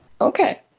Okay